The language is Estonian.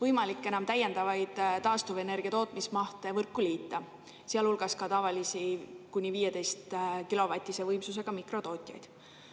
võimalik enam täiendavaid taastuvenergia tootmismahte võrku liita, sealhulgas tavalisi, kuni 15‑kilovatise võimsusega mikrotootjaid.